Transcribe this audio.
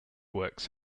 works